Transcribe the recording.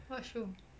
what show